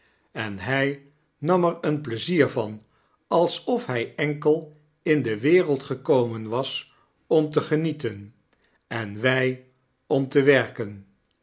en hy nam er zyn pleizier van alsof hij enkel in de wereld gekomen was om te genieten en wy om te werken